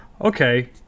okay